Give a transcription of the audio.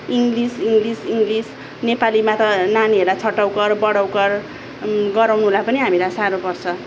English English English नेपालीमा त नानीहरूलाई छोटाउकर बडाउकर गराउनुलाई पनि हामीलाई साह्रो पर्छ